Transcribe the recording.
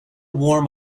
warm